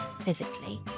physically